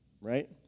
right